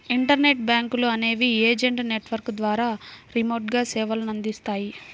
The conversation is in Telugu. ఇంటర్నెట్ బ్యాంకులు అనేవి ఏజెంట్ నెట్వర్క్ ద్వారా రిమోట్గా సేవలనందిస్తాయి